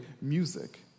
music